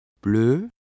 bleu